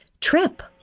trip